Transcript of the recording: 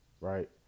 right